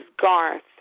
Garth